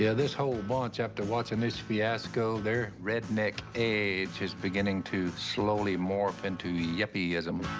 yeah this whole bunch after watching this fiasco. their redneck edge is beginning to slowly morph into yuppie-ism.